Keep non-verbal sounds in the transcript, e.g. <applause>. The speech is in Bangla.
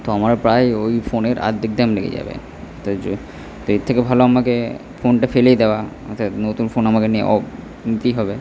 তো আমার প্রায় ওই ফোনের অর্ধেক দাম লেগে যাবে তা <unintelligible> তা এর থেকে ভালো আমাকে ফোনটা ফেলেই দেওয়া অর্থাৎ নতুন ফোন আমাকে <unintelligible> নিতেই হবে